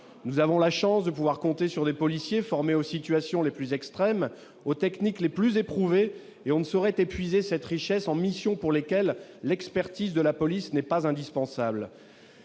nous avons la chance de pouvoir compter sur des policiers formés aux situations les plus extrêmes, aux techniques les plus éprouvées et on ne saurait épuiser cette richesse en mission pour lesquelles l'expertise de la police n'est pas indispensable,